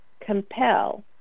compel